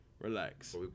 Relax